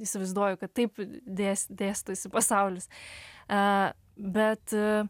įsivaizduoju kad taip dės dėstosi pasaulis a bet